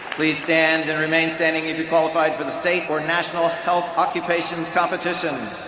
please stand and remain standing if you qualified for the state or national health occupations competition.